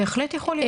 בהחלט יכול להיות.